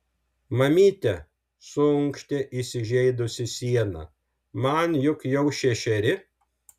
mamyte suunkštė įsižeidusi siena man juk jau šešeri